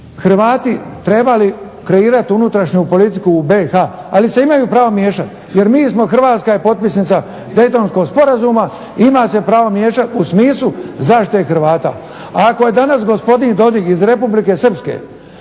Hrvati trebali kreirati unutrašnju politiku u BIH ali se imaju pravo miješati jer mi smo, Hrvatska je potpisnica Daytonskog sporazuma i ima se pravo miješati u smislu zaštite Hrvata. Ako je danas gospodin Dodik iz Republike Srpske